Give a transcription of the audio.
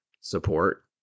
support